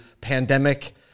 pandemic